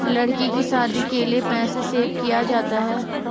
लड़की की शादी के लिए पैसे सेव किया जाता है